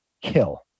kill